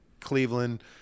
cleveland